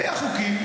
היו חוקים,